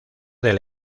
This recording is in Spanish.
del